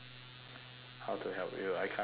how to help you I can't even help myself